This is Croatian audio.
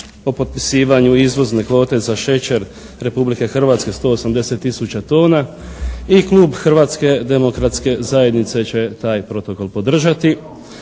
o potpisivanju izvozne kvote za šećer Republike Hrvatske 180 tisuća tona i klub Hrvatske demokratske zajednice će taj Protokol podržati